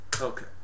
Okay